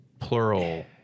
plural